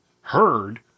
heard